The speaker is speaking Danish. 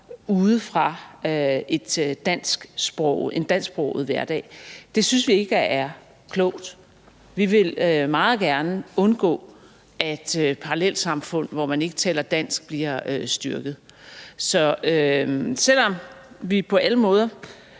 ude fra en dansksproget hverdag, og det synes vi ikke er klogt. Vi vil meget gerne undgå, at parallelsamfund, hvor man ikke taler dansk, bliver styrket. Så selv om vi på alle måder